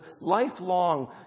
lifelong